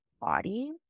body